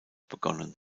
begonnen